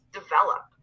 develop